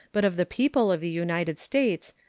but of the people of the united states,